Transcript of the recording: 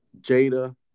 Jada